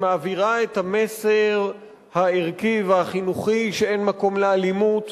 שמעבירה את המסר הערכי והחינוכי שאין מקום לאלימות,